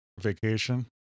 Vacation